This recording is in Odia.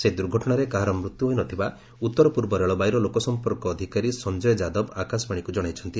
ସେହି ଦୁର୍ଘଟଣାରେ କାହାର ମୃତ୍ୟୁ ହୋଇ ନ ଥିବା ଉତ୍ତର ପୂର୍ବ ରେଳବାଇର ଲୋକସମ୍ପର୍କ ଅଧିକାର ସଞ୍ଜୟ ଯାଦବ ଆକାଶବାଣୀକୁ କଣାଇଛନ୍ତି